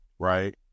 Right